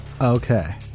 Okay